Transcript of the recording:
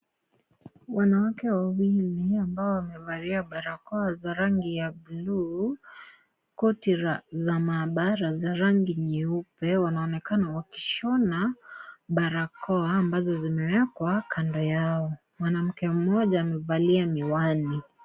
Wanawake wawili, ambao wamevalia barakoa za rangi ya buluu, koti za mahabara za rangi nyeupe, wanaonekana wakishona barakoa ambazo zimewekwa kando yao. Mwanamke mmoja amevalia miwani.